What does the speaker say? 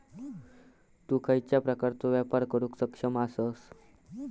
तु खयच्या प्रकारचो व्यापार करुक सक्षम आसस?